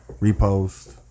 repost